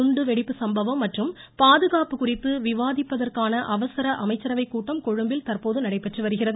இந்த குண்டு வெடிப்பு சம்பவம் மற்றும் பாதுகாப்பு குறித்து விவாதிப்பதற்கான அவசர அமைச்சரவை கூட்டம் கொழும்பில் தற்போது நடைபெறுகிறது